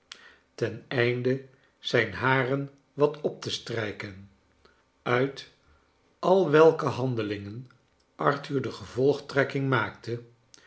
ten einde zijn haren wat op te strijken uit al welke handelingen arthur de gevolgtrekking maakte